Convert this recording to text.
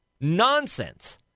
nonsense